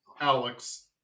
alex